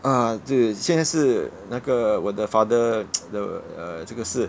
ah 对现在是那个我的 father 的 uh 这个事